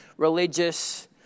religious